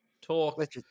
talk